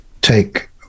take